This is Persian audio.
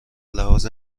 لحاظ